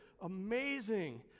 amazing